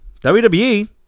WWE